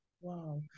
Wow